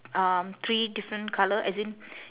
um three different colour as in